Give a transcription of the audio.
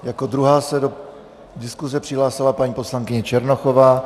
Jako druhá se do diskuse přihlásila paní poslankyně Černochová.